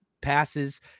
passes